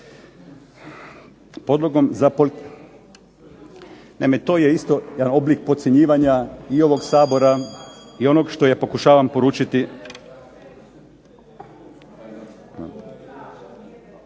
Naime, to je isto jedan oblik podcjenjivanja i ovog Sabora i onog što ja pokušavam poručiti…